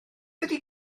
ydy